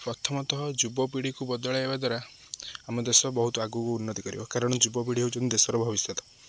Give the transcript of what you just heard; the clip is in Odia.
ପ୍ରଥମତଃ ଯୁବପିଢ଼ିକୁ ବଦଳାଇବା ଦ୍ୱାରା ଆମ ଦେଶ ବହୁତ ଆଗକୁ ଉନ୍ନତି କରିବ କାରଣ ଯୁବପିଢ଼ି ହେଉଛନ୍ତି ଦେଶର ଭବିଷ୍ୟତ